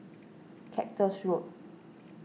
Cactus Road